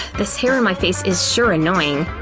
this hair in my face is sure annoying.